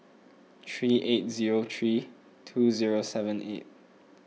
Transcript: three eight zero three two zero seven eight